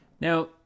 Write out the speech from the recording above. Now